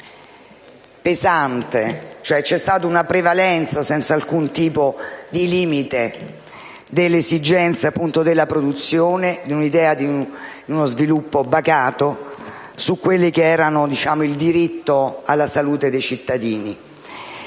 C'è stata una prevalenza, senza alcun tipo di limite, delle esigenze della produzione, di un'idea di uno sviluppo bacato, rispetto a quello che era il diritto alla salute dei cittadini,